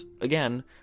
again